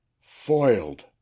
Foiled